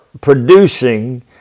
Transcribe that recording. producing